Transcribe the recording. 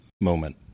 moment